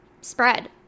spread